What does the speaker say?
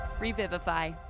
Revivify